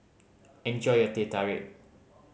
enjoy your Teh Tarik